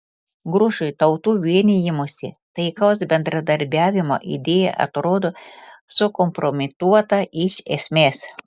grušui tautų vienijimosi taikaus bendradarbiavimo idėja atrodo sukompromituota iš esmės